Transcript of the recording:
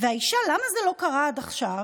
האישה: למה זה לא קרה עד עכשיו?